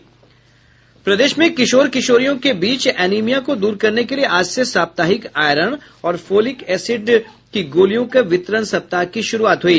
प्रदेश में किशोर किशोरियों के बीच एनिमिया को दूर करने के लिए आज से साप्ताहिक आयरन और फोलिक एसिड वितरण सप्ताह की शुरूआत हुई